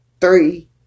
Three